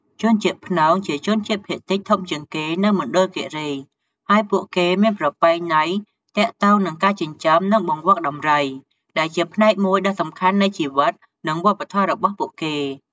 ជនជាតិព្នង ជាជនជាតិភាគតិចធំជាងគេនៅមណ្ឌលគិរី ហើយពួកគេមានប្រពៃណីទាក់ទងនឹងការចិញ្ចឹម និងបង្វឹកដំរី ដែលជាផ្នែកមួយដ៏សំខាន់នៃជីវិត និងវប្បធម៌របស់ពួកគេ។